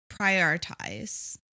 prioritize